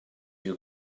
you